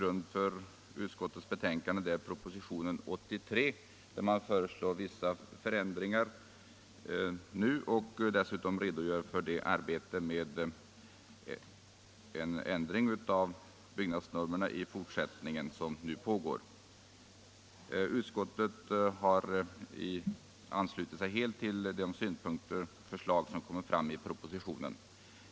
Utskottets betänkande grundar sig på propositionen 83, där regeringen föreslår vissa förändringar nu och dessutom redogör för det arbete med ändring av byggnormerna som pågår. Utskottet ansluter sig helt till de förslag som framläggs i propositionen.